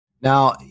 Now